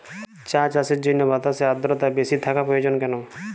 চা চাষের জন্য বাতাসে আর্দ্রতা বেশি থাকা প্রয়োজন কেন?